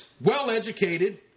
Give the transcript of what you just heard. well-educated